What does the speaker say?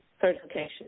certification